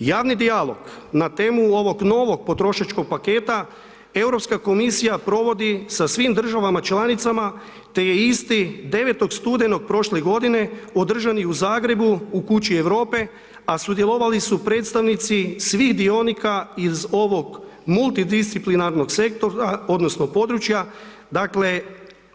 Javni dijalog na temu ovog novog potrošačkog paketa Europska komisija provodi sa svim državama članicama te je isti 9. studenog prošle godine održan i u Zagrebu u kući Europe, a sudjelovali su predstavnici svih dionika iz ovog multidisciplinarnog sektora odnosno područja, dakle